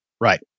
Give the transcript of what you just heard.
Right